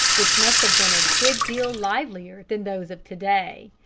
which must have been a good deal livelier than those of to-day.